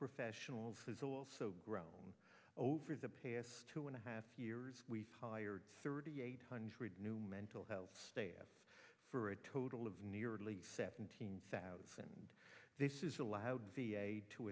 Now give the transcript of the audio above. professionals has also grown over the past two and a half years we've hired thirty eight hundred new mental health status for a total of nearly seventeen thousand